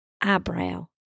eyebrow